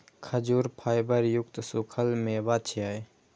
खजूर फाइबर युक्त सूखल मेवा छियै